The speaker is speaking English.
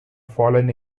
fallen